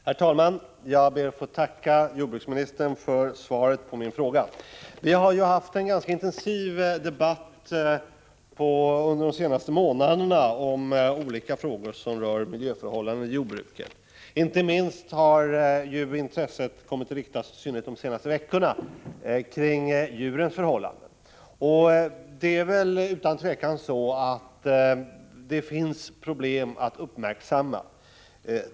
Herr talman! Jag ber att få tacka jordbruksministern för svaret på min fråga. Vi har haft en ganska intensiv debatt under de senaste månaderna om olika frågor som rör miljöförhållanden inom jordbruket. Inte minst har intresset kommit att inriktas, i synnerhet under de senaste veckorna, på djurens förhållanden. Det är väl inget tvivel om att det finns problem att uppmärksamma.